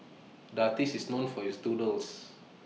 artist is known for his doodles